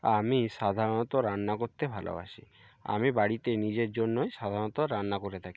আমি সাধারণত রান্না করতে ভালোবাসি আমি বাড়িতে নিজের জন্যই সাধারণত রান্না করে থাকি